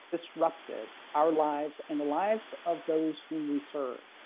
disrupted our lives and the lives of those who we serve,